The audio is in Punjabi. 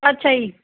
ਅੱਛਾ ਜੀ